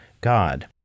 God